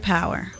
Power